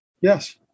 Yes